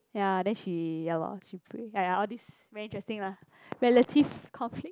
ya then she ya lor she pray !aiya! all these very interesting lah relative conflict